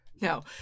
No